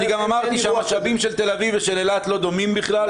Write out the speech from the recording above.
אני גם אמרתי שהמשאבים של תל אביב ושל אילת לא דומים בכלל.